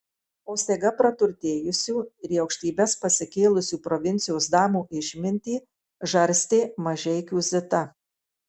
o staiga praturtėjusių ir į aukštybes pasikėlusių provincijos damų išmintį žarstė mažeikių zita